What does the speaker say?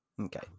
okay